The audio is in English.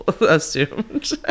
assumed